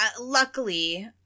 luckily